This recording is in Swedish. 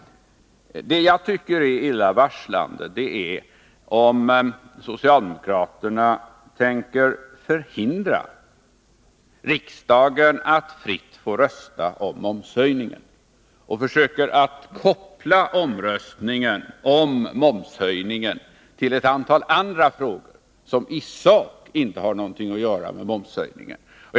Det jag tycker är illavarslande är om socialdemokraterna tänker förhindra riksdagen att fritt få rösta om momshöjningen och försöker koppla den omröstningen till ett antal andra frågor, som i sak inte har någonting med momshöjningen att göra.